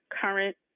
current